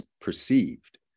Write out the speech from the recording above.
perceived